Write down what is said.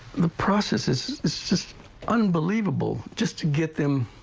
the process is is just unbelievable just to get them.